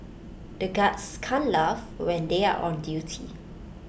the guards can't laugh when they are on duty